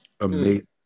amazing